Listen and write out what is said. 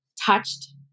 touched